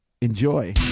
enjoy